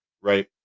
right